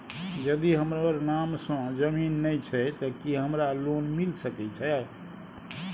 यदि हमर नाम से ज़मीन नय छै ते की हमरा लोन मिल सके छै?